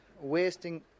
wasting